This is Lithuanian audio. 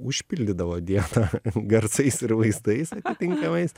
užpildydavo dieną garsais ir vaizdais tinkamais